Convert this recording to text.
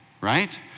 right